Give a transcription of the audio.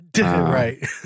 Right